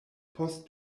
post